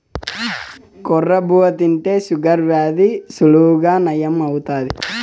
కొర్ర బువ్వ తింటే షుగర్ వ్యాధి సులువుగా నయం అవుతాది